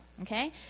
okay